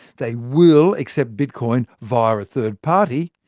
they will accept bitcoin via a third party,